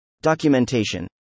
documentation